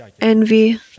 envy